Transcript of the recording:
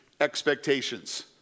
Expectations